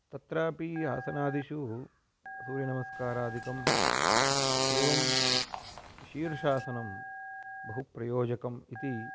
तत्रापि आसनादिषु सूर्यनमस्कारादिकम् एवं शीर्षासनं बहु प्रयोजकम् इति